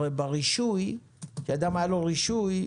הרי ברישוי כשאדם היה לו רישוי,